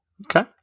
Okay